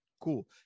Cool